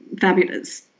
fabulous